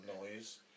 noise